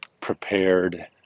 prepared